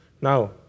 Now